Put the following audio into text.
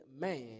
man